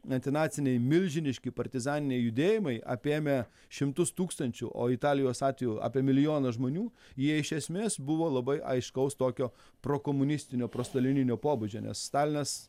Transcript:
antinaciniai milžiniški partizaniniai judėjimai apėmę šimtus tūkstančių o italijos atveju apie milijoną žmonių jie iš esmės buvo labai aiškaus tokio prokomunistinio prostalininio pobūdžio nes stalinas